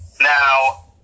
Now